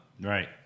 Right